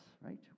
right